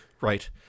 Right